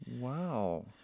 Wow